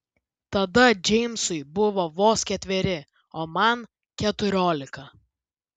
tada džeimsui buvo vos ketveri o man keturiolika